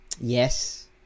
Yes